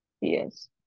Yes